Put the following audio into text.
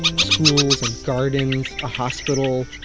schools and gardens, a hospital,